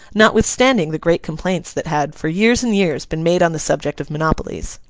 notwithstanding the great complaints that had, for years and years, been made on the subject of monopolies.